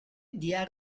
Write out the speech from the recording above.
diğer